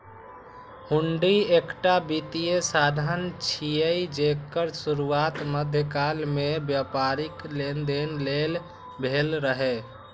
हुंडी एकटा वित्तीय साधन छियै, जेकर शुरुआत मध्यकाल मे व्यापारिक लेनदेन लेल भेल रहै